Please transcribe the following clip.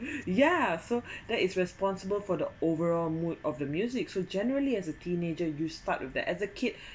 yeah so that is responsible for the overall mood of the music so generally as a teenager you start with that as a kid